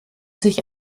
sich